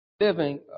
Living